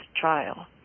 trial